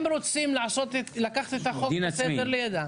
הם רוצים לקחת את החוק והסדר לידם.